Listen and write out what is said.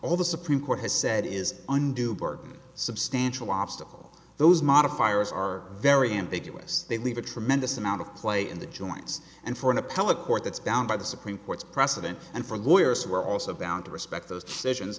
all the supreme court has said is undue burden substantial obstacle those modifiers are very ambiguous they leave a tremendous amount of play in the joints and for an appellate court that's bound by the supreme court's precedent and for lawyers who are also bound to respect those decisions